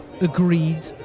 Agreed